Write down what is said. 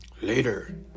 Later